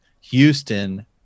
Houston